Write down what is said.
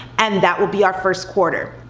and that will be our first quarter.